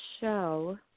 show